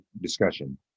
discussion